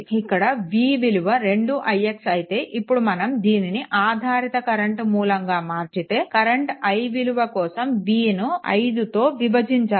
ఇక్కడ v విలువ 2 ix అయితే ఇప్పుడు మనం దీనిని ఆధారిత కరెంట్ మూలంగా మార్చితే కరెంట్ i విలువ కోసం vను 5తో విభజించాలి